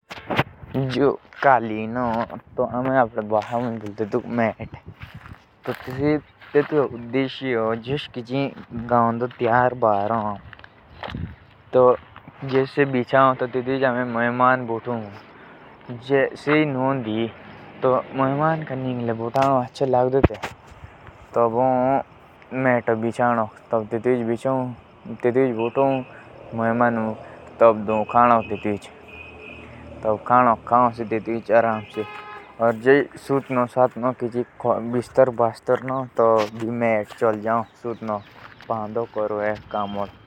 जो कालिन भी हो तेतुकामे अपदे भाषा मुझ धौड़ बोलु। तेटका ये काम हो कि निगले बोटनोक और भयेरेक आगे पड़े भोटनोक आम्हे भौड़ो का इस्तेमाल क्रु।